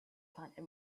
planet